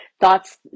Thoughts